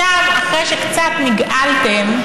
עכשיו, אחרי שקצת נגעלתם,